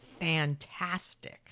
fantastic